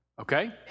okay